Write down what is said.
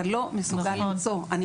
אתה לא מסוגל למצוא.